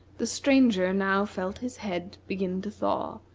the stranger now felt his head begin to thaw,